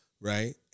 Right